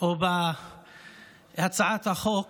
או בהצעת החוק,